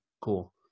cool